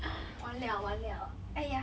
完了完了哎呀